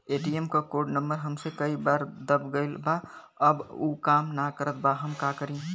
ATM क code number हमसे कई बार दब गईल बा अब उ काम ना करत बा हम का करी?